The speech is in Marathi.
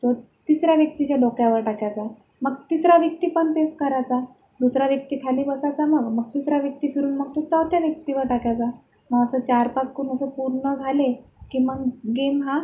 तो तिसऱ्या व्यक्तीच्या डोक्यावर टाकायचा मग तिसरा व्यक्ती पण तेच करायचा दुसरा व्यक्ती खाली बसायचा मग मग तिसरा व्यक्ती फिरून मग तो चौथ्या व्यक्तीवर टाकायचा मग असं चारपाच करून असं पूर्ण झाले की मग गेम हा